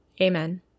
Amen